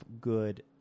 good